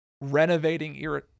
renovating